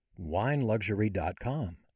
wineluxury.com